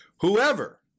Whoever